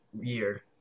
year